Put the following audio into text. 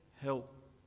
help